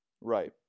Right